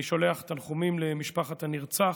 אני שולח תנחומים למשפחת הנרצח,